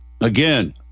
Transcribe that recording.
Again